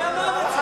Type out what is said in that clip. מי אמר את זה?